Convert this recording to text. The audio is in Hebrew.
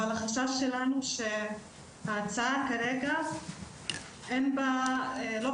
אבל החשש שלנו שההצעה כרגע לא קובעת